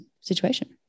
situation